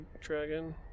dragon